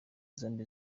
zombi